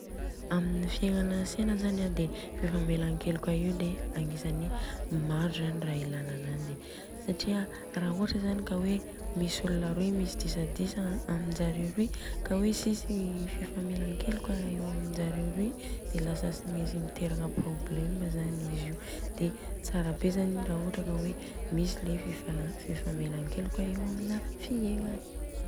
Amin'ny fiegnanantsena zany an de fifamelan-keloka Io de agnisany maro zany ra Ilana ananjy. Satria ra ohatra Zany ka hoe misy olona roy misy disadisa aminjareo roy ka hoe tsisy ny fifamelankeloka eo aminjareo roy de lasa tsy mentsy miteraka problème zany izy io, de tsara be zany ra ohatra ka hoe misy le fifamelankeloka amina fiegnana.